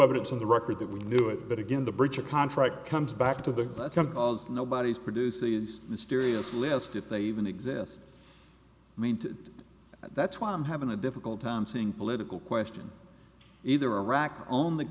evidence in the record that we knew it but again the breach of contract comes back to the nobody's produces mysterious list if they even exist i mean that's why i'm having a difficult time seeing political question either iraq on